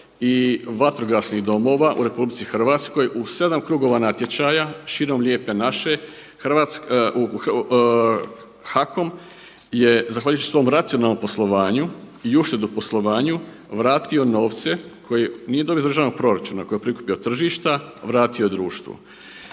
i vatrogasnih domova u RH u 7 krugova natječaja širom Lijepe naše. HAKOM je zahvaljujući svom racionalnom poslovanju i uštedi u poslovanju vratio novce koje nije dobio iz državnog proračuna, koje je prikupio od tržišta vratio društvu.